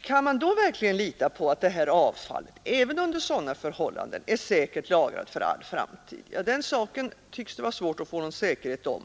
kan man verkligen lita på att avfallet, även under sådana förhållanden, är säkert lagrat för all framtid? Den saken tycks det vara svårt att få någon visshet om.